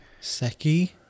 Seki